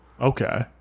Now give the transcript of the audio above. Okay